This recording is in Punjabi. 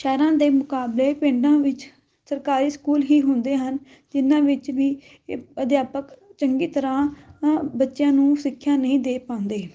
ਸ਼ਹਿਰਾਂ ਦੇ ਮੁਕਾਬਲੇ ਪਿੰਡਾਂ ਵਿੱਚ ਸਰਕਾਰੀ ਸਕੂਲ ਹੀ ਹੁੰਦੇ ਹਨ ਜਿਨ੍ਹਾਂ ਵਿੱਚ ਵੀ ਅਧਿਆਪਕ ਚੰਗੀ ਤਰਾਂ ਅ ਬੱਚਿਆਂ ਨੂੰ ਸਿੱਖਿਆ ਨਹੀਂ ਦੇ ਪਾਉਂਦੇ